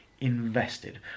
invested